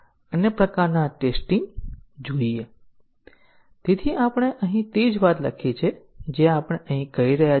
હવે આપણે જાણીએ છીએ કે આપણે ભૂલ રજૂ કરી છે તે જાણીને ટેસ્ટીંગ ના કેસ ચલાવીએ છીએ